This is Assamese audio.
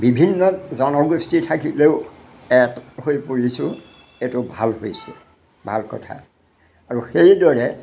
বিভিন্ন জনগোষ্ঠী থাকিলেও এক হৈ পৰিছোঁ এইটো ভাল হৈছে ভাল কথা আৰু সেইদৰে